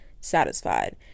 satisfied